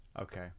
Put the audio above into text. okay